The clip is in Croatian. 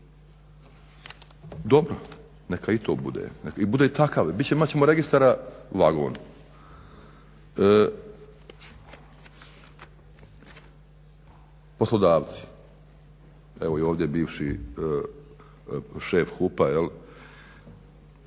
Dobro, neka i to bude i bude takav, imat ćemo registara vagon. Poslodavci evo i ovdje bivši šef HUP-a, uz